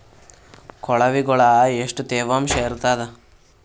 ಕೊಳವಿಗೊಳ ಎಷ್ಟು ತೇವಾಂಶ ಇರ್ತಾದ?